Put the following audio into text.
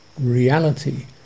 reality